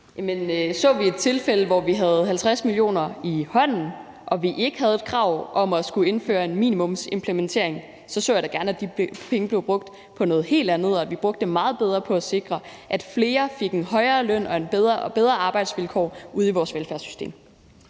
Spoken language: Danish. der et tilfælde, hvor vi havde 50 mio. kr. i hånden og der ikke var et krav om at skulle indføre en minimumsimplementering, så så jeg da gerne, at de penge blev brugt på noget helt andet, og at vi brugte dem meget bedre på at sikre, at flere fik en højere løn og bedre arbejdsvilkår ude i vores velfærdssystem.